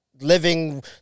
living